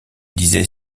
disait